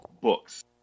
books